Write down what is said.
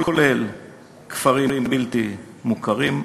כולל כפרים בלתי מוכרים,